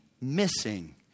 missing